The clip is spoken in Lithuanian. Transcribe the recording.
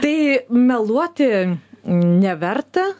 tai meluoti neverta